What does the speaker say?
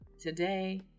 today